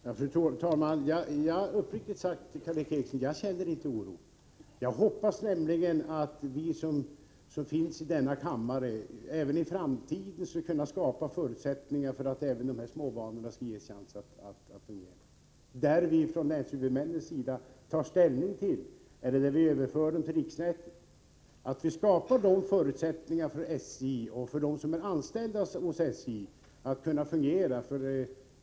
Fru talman! Uppriktigt sagt känner jag inte oro, Karl Erik Eriksson. Jag hoppas nämligen att vi som sitter i denna kammare även i framtiden skall kunna skapa förutsättningar för att de här småbanorna får chans att fungera. Det gäller också länshuvudmännen. Över huvud taget måste det, när banorna överförs till riksnätet, skapas förutsättningar för SJ och dess anställda att fungera.